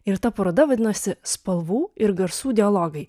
ir ta paroda vadinosi spalvų ir garsų dialogai